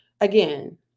again